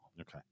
Okay